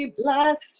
bless